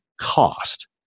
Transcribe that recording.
cost